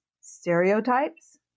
stereotypes